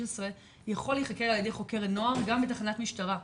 יכול להיחקר על ידי חוקר נוער גם בתחנת משטרה,